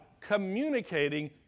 communicating